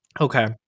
okay